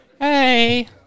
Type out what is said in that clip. Hey